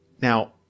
Now